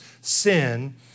sin